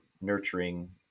nurturing